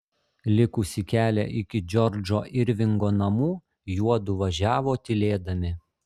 likusį kelią iki džordžo irvingo namų juodu važiavo tylėdami